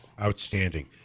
outstanding